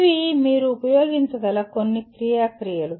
ఇవి మీరు ఉపయోగించగల కొన్ని క్రియ క్రియలు